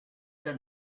than